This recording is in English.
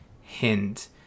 hint